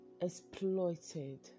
exploited